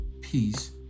peace